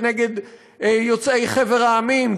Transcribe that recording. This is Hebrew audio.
כנגד יוצאי חבר המדינות,